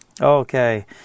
Okay